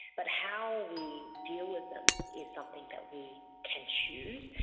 but how we deal with them is something that we can choose.